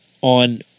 on